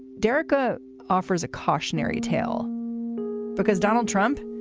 derrica offers a cautionary tale because donald trump,